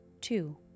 Two